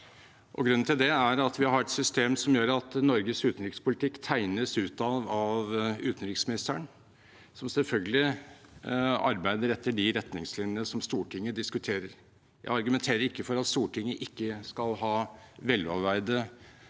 Grunnen til det er at vi har et system som gjør at Norges utenrikspolitikk tegnes utad av utenriksministeren, som selvfølgelig arbeider etter de retningslinjene som Stortinget diskuterer. Jeg argumenterer ikke for at Stortinget ikke skal ha veloverveide,